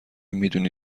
میدونی